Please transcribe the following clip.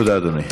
תודה, אדוני.